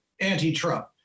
anti-Trump